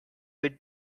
would